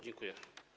Dziękuję.